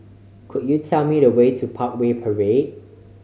could you tell me the way to Parkway Parade